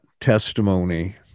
testimony